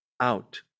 out